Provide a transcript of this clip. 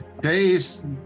Days